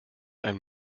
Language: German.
ein